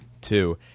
Two